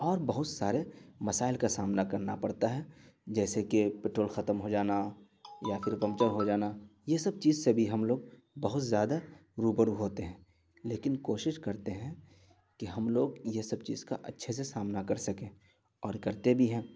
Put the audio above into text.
اور بہت سارے مسائل کا سامنا کرنا پڑتا ہے جیسے کہ پٹرول ختم ہو جانا یا پھر پنکچر ہو جانا یہ سب چیز سے بھی ہم لوگ بہت زیادہ رو بہ رو ہوتے ہیں لیکن کوشش کرتے ہیں کہ ہم لوگ یہ سب چیز کا اچھے سے سامنا کر سکیں اور کرتے بھی ہیں